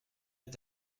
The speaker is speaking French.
est